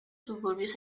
suburbios